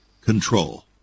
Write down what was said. Control